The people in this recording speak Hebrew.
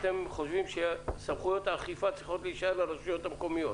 אתם חושבים שסמכויות האכיפה צריכות להישאר ברשויות המקומיות.